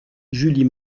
julie